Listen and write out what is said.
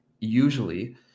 usually